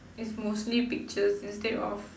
is mostly pictures instead of